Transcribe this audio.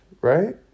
Right